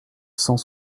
cent